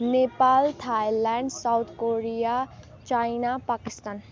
Nepal Thailand South Korea China Pakistan